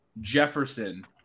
Jefferson